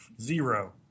zero